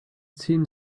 seemed